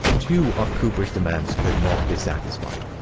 two of cooper's demands could not be satisfied.